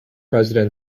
president